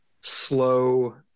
slow